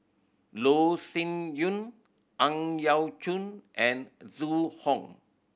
Loh Sin Yun Ang Yau Choon and Zhu Hong